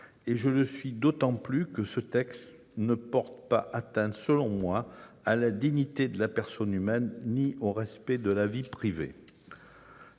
et je le suis d'autant plus que ce texte ne porte pas atteinte, selon moi, à la dignité de la personne humaine ou au respect de la vie privée.